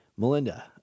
Melinda